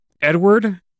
Edward